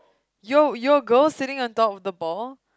your your girl sitting on top of the ball